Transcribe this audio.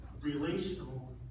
relational